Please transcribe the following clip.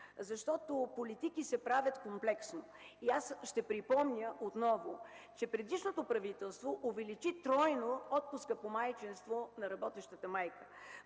Политики се правят комплексно. Ще припомня отново, че предишното правителство увеличи тройно отпуската по майчинство на работещата майка.